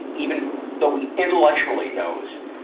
even though he intellectually knows,